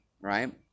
right